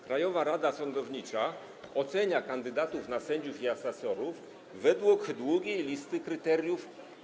Krajowa Rada Sądownictwa ocenia kandydatów na sędziów i asesorów według długiej listy kryteriów.